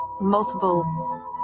multiple